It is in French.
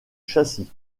châssis